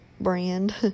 brand